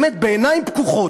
באמת בעיניים פקוחות,